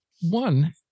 one